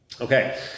Okay